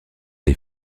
les